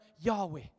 Yahweh